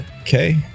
Okay